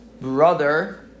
brother